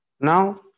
Now